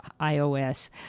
iOS